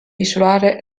misurare